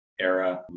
Era